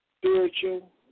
spiritual